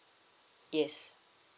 yes